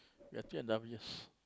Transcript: we're two and half years